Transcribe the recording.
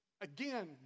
again